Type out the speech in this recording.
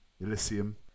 Elysium